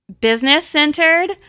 business-centered